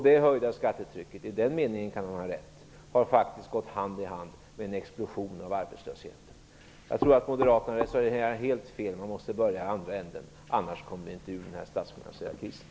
Det höjda skattetrycket har gått hand i hand med en explosion av arbetslösheten - i den meningen kan han ha rätt. Jag tror att Moderaterna resonerar helt fel. Vi måste börja i andra änden, annars kommer vi inte ur den statsfinansiella krisen.